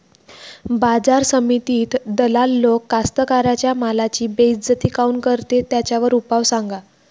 बाजार समितीत दलाल लोक कास्ताकाराच्या मालाची बेइज्जती काऊन करते? त्याच्यावर उपाव सांगा